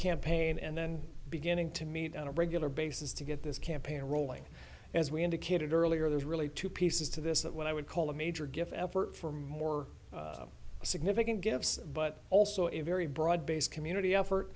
campaign and then beginning to meet on a regular basis to get this campaign rolling as we indicated earlier there's really two pieces to this that when i would call a major give effort for more significant gaps but also a very broad based community effort